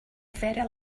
very